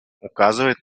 указывает